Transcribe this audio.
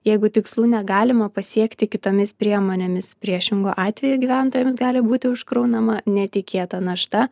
jeigu tikslų negalima pasiekti kitomis priemonėmis priešingu atveju gyventojams gali būti užkraunama netikėta našta